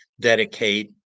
dedicate